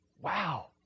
wow